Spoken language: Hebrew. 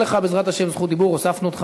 אני מבקש, כן.